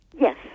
Yes